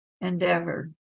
endeavor